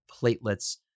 platelets